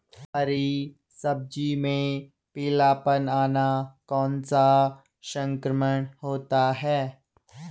हरी सब्जी में पीलापन आना कौन सा संक्रमण होता है?